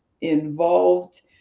involved